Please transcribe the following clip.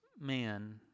man